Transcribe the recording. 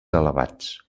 elevats